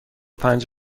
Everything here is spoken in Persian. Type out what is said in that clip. پنج